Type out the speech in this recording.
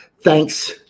Thanks